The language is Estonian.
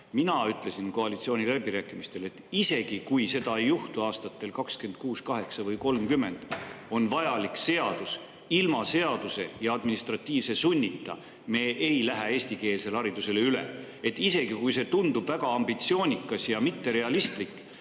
Mina ütlesin koalitsiooniläbirääkimistel, et isegi kui seda ei juhtu aastatel 2026, 2028 või 2030, on seadus vajalik. Ilma seaduse ja administratiivse sunnita me ei lähe eestikeelsele haridusele üle. Isegi kui see tundub väga ambitsioonikas ja mitterealistlik,